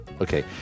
okay